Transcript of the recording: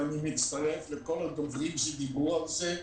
ואני מצטרף לכל הדוברים שדיברו על זה.